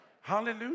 Hallelujah